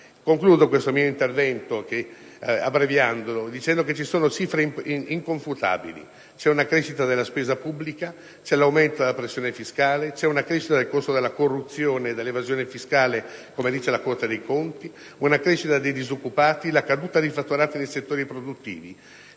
Concludo questo mio intervento, dicendo che ci sono cifre inconfutabili: c'è una crescita della spesa pubblica, c'è un aumento della pressione fiscale, c'è una crescita del costo della corruzione e dell'evasione fiscale (come dice la Corte dei conti), c'è una crescita dei disoccupati e c'è una caduta dei fatturati dei settori produttivi.